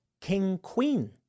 king-queen